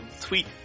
tweet